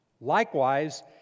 Likewise